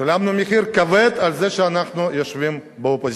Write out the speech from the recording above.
שילמנו מחיר כבד על זה שאנחנו יושבים באופוזיציה.